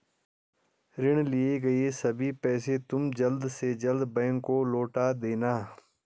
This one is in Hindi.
ऋण लिए गए सभी पैसे तुम जल्द से जल्द बैंक को लौटा देना